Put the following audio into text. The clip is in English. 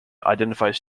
identifies